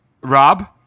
Rob